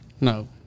No